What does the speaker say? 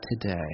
today